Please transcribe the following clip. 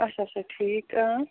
اچھا اچھا ٹھیٖک